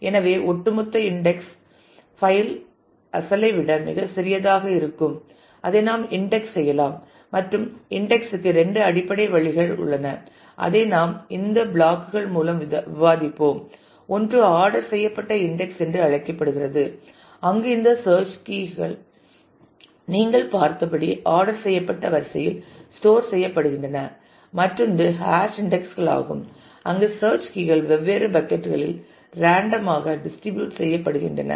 எனவே ஒட்டுமொத்த index file அசலை விட மிகச் சிறியதாக இருக்கும் அதை நாம் இன்டெக்ஸ் செய்யலாம் மற்றும் இன்டெக்ஸ் க்கு இரண்டு அடிப்படை வழிகள் உள்ளன அதை நாம் இந்த பிளாக் கள் மூலம் விவாதிப்போம் ஒன்று ஆர்டர் செய்யப்பட்ட இன்டெக்ஸ் என்று அழைக்கப்படுகிறது அங்கு இந்த சேர்ச் கீ கள் நீங்கள் பார்த்தபடி ஆர்டர் செய்யப்பட்ட வரிசையில் ஸ்டோர் செய்யப்படுகின்றன மற்றொன்று ஹாஷ் இன்டெக்ஸ் களாகும் அங்கு சேர்ச் கீ கள் வெவ்வேறு பக்கட்டுகளில் ரேண்டமாக டிஸ்ட்ரிபியூட் செய்யப்படுகின்றன